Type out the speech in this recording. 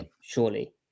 surely